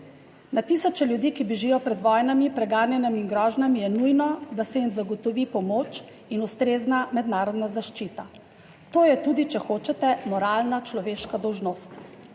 Na tisoče ljudi, ki bežijo pred vojnami, preganjanjem in grožnjami je nujno, da se jim zagotovi pomoč in ustrezna mednarodna zaščita, to je tudi, če hočete, moralna človeška dolžnost.